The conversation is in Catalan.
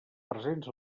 presents